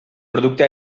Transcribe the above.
producte